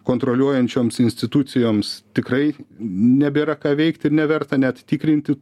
kontroliuojančioms institucijoms tikrai nebėra ką veikti ir neverta net tikrinti